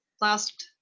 last